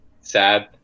sad